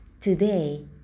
Today